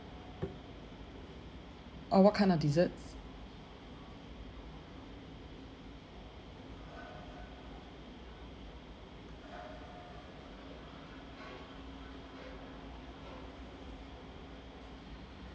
uh what kind of desserts